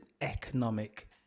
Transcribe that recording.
economic